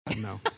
no